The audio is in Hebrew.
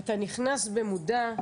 אתה נכנס במודע,